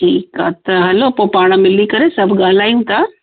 ठीकु आहे त हलो पोइ पाण मिली करे सभु ॻाल्हायूं था